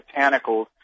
botanicals